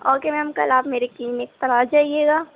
okay ma'am کل آپ میرے کلنک پر آ جائیے گا